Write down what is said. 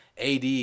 AD